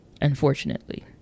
unfortunately